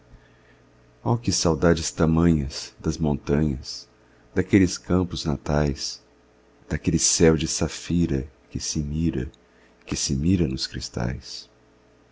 oh que saudades tamanhas das montanhas daqueles campos natais daquele céu de safira que se mira que se mira nos cristais